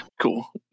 cool